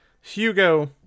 Hugo